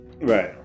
Right